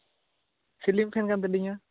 ceiling ᱯᱷᱮᱱ ᱠᱟᱱ ᱛᱟᱞᱤᱧᱟ